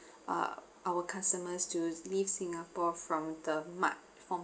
uh our customers to leave singapore from the ma~ from